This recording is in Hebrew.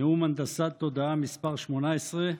נאום הנדסת תודעה מס' 18,